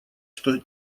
что